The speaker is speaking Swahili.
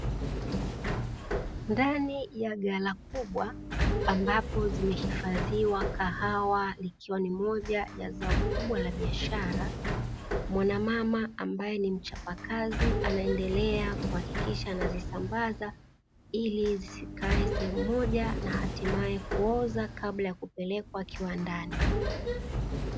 Ndani ya ghala kubwa ambapo zimehifadhiwa kahawa ikiwa ni moja ya zao kubwa la biashara, mwanamama ambaye ni mchapakazi anaendelea kuhakikisha anazisambaza, ili zisikae sehemu moja na hatimae kuoza kabla ya kupelekwa kiwandani.